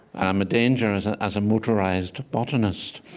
i'm a danger as ah as a motorized botanist